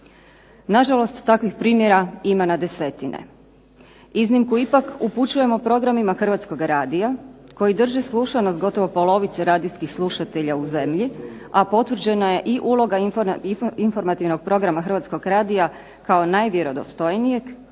Na žalost takvih primjera ima na desetine, iznimku ipak upućujemo programima Hrvatskoga radija, koji drže slušanost gotovo polovice radijskih slušatelja u zemlji, a potvrđena je i uloga informativnog programa Hrvatskog radija kao najvjerodostojnijeg,